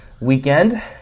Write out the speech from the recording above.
weekend